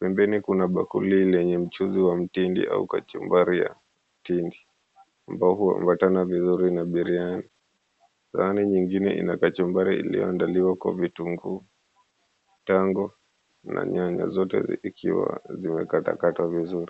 Pembeni kuna bakuli lenye mchuzi wa mtindi au kachumbari ya tindi ambao huambatana vizuri na biryani. Sahani nyingine ina kachumbari iliyoandaliwa kwa vitunguu, tango na nyanya, zote zikiwa zimekatakatwa vizuri.